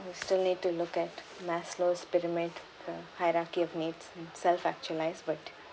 we still need to look at maslow's pyramid the hierarchy of needs and self-actualised